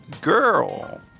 girl